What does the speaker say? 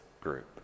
group